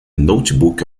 notebook